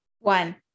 One